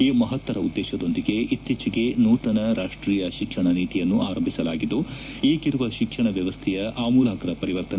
ಈ ಮಪತ್ತರ ಉದ್ದೇಶದೊಂದಿಗೆ ಇತ್ತೀಚೆಗೆ ನೂತನ ರಾಷ್ಟೀಯ ಶಿಕ್ಷಣ ನೀತಿಯನ್ನು ಆರಂಭಿಸಲಾಗಿದ್ದು ಈಗಿರುವ ಶಿಕ್ಷಣ ವ್ಯವಸ್ಥೆಯ ಆಮೂಲಾಗ್ರ ಪರಿವರ್ತನೆ